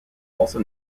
also